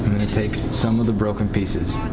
to take some of the broken pieces.